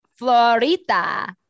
Florita